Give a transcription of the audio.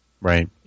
Right